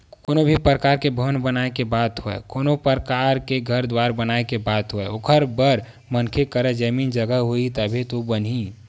कोनो भी परकार के भवन बनाए के बात होवय कोनो परकार के घर दुवार बनाए के बात होवय ओखर बर मनखे करा जमीन जघा होही तभे तो बनही